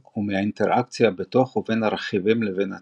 ומהאינטראקציה בתוך ובין הרכיבים לבין עצמם.